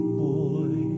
boy